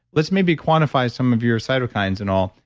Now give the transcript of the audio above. let's maybe quantify some of your cytokines and all.